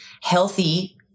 healthy